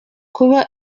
kuba